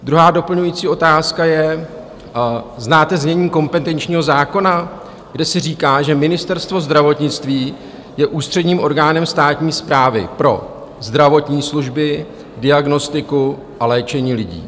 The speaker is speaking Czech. Druhá doplňující otázka je: Znáte znění kompetenčního zákona, kde se říká, že Ministerstvo zdravotnictví je ústředním orgánem státní správy pro zdravotní služby, diagnostiku a léčení lidí?